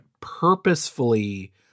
purposefully